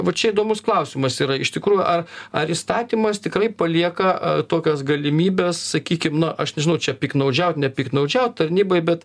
va čia įdomus klausimas yra iš tikrųjų ar ar įstatymas tikrai palieka tokias galimybes sakykim na aš nežinau čia piktnaudžiaut nepiktnaudžiaut tarnybai bet